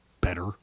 better